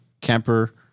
Kemper